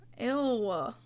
Ew